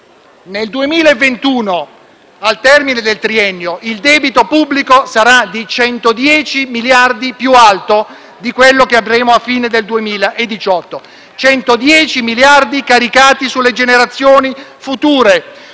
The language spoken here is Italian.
Nel 2021, al termine del triennio, il debito pubblico sarà più alto di 110 miliardi di quello che avremo a fine del 2018: 110 miliardi caricati sulle generazioni future,